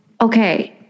Okay